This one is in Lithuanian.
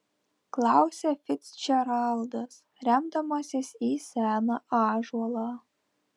klausia ficdžeraldas remdamasis į seną ąžuolą